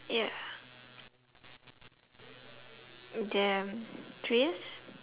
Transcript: yeah three years